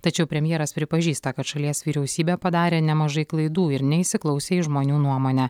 tačiau premjeras pripažįsta kad šalies vyriausybė padarė nemažai klaidų ir neįsiklausė į žmonių nuomonę